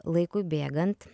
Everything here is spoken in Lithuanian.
laikui bėgant